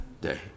day